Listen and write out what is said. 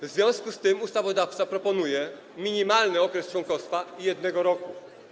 W związku z tym ustawodawca proponuje minimalny okres członkostwa 1 roku.